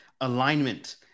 Alignment